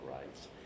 rights